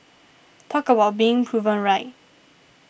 talk about being proven right